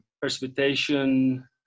precipitation